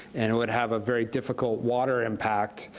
and it would have a very difficult water impact,